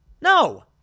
No